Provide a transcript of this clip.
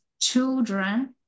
children